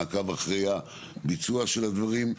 מעקב אחרי הביצוע של הדברים,